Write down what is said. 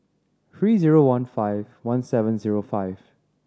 three zero one five one seven zero five